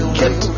get